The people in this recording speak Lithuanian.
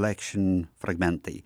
laikšin fragmentai